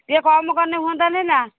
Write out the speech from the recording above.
ଟିକିଏ କମ୍ କଲେ ହୁଅନ୍ତାନି ନା